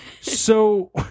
So-